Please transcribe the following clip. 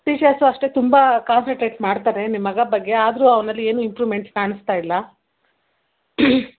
teachers ಅಷ್ಟೆ ತುಂಬ concentrate ಮಾಡ್ತಾರೆ ನಿಮ್ಮಗ ಬಗ್ಗೆ ಆದರೂ ಅವನಲ್ಲಿ ಏನೂ ಇಂಪ್ರೊವೆಮೆಂಟ್ಸ್ ಕಾಣಿಸ್ತಾ ಇಲ್ಲ